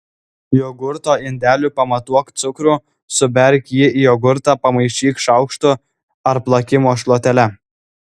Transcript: jogurto indeliu pamatuok cukrų suberk jį į jogurtą pamaišyk šaukštu ar plakimo šluotele